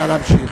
נא להמשיך.